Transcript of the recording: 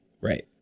Right